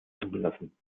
zugelassen